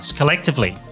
collectively